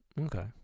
Okay